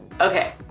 Okay